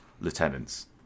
lieutenants